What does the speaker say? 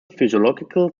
physiological